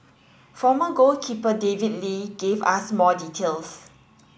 former goalkeeper David Lee gave us more details